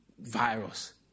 virus